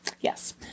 Yes